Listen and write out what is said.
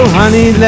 honey